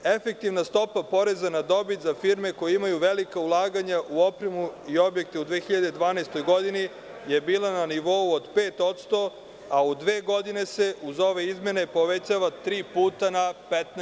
Efektivna stopa poreza na dobit za firme koje imaju velika ulaganja u opremu i objekte u 2012. godini je bila na nivou od 5%, a u dve godine se, uz ove izmene, povećava tri puta na 15%